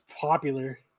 popular